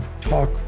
Talk